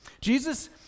Jesus